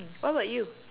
what about you